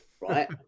right